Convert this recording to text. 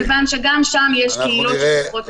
כיוון שגם שם יש קהילות שצריכות את עזרתם.